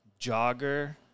Jogger